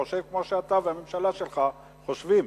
חושב כמו שאתה והממשלה שלך חושבים?